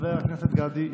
חבר הכנסת גדי יברקן,